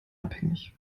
abhängig